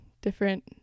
different